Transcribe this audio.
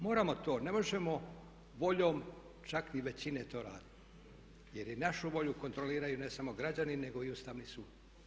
Moramo to, ne možemo voljom čak ni većine to raditi, jer i našu volju kontroliraju ne samo građani nego i Ustavni sud.